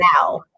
now